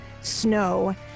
snow